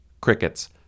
Crickets